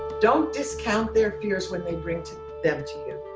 don't discount their fears when they bring to them to you.